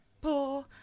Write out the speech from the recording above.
Poor